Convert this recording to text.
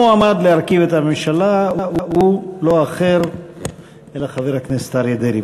המועמד להרכיב את הממשלה הוא לא אחר מאשר חבר הכנסת אריה דרעי.